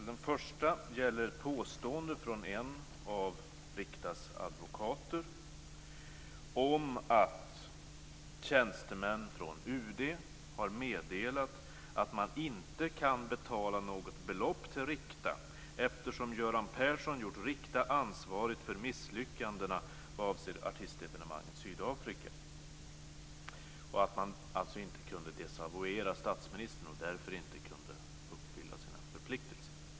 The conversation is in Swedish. Den första punkten gäller ett påstående från en av Riktas advokater om att tjänstemän från UD har meddelat att man inte kan betala något belopp till Rikta, eftersom Göran Persson gjort Rikta ansvarigt för misslyckandena vad avser artistevenemangen i Sydafrika. Man kunde alltså inte desavouera statsministern och kunde därför inte uppfylla sina förpliktelser.